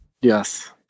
Yes